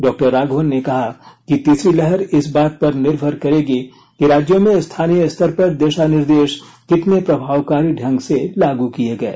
doctor Raghavan ने कहा कि तीसरी लहर इस बात पर निर्भर करेगी कि राज्यों में स्थानीय स्तर पर दिशा निर्देश कितने प्रभावकारी ढंग से लागू किए गए